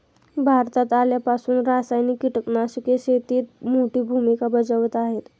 भारतात आल्यापासून रासायनिक कीटकनाशके शेतीत मोठी भूमिका बजावत आहेत